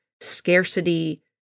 scarcity